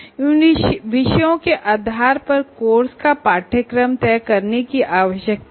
इन विचारों के आधार पर कोर्स का सिलेबस तय करने की आवश्यकता है